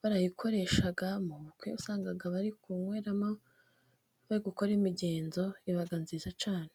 barayikoresha mu makwe usanga bari kunweramo bari gukora imigenzo iba nziza cyane.